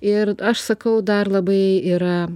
ir aš sakau dar labai yra